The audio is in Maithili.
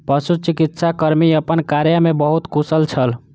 पशुचिकित्सा कर्मी अपन कार्य में बहुत कुशल छल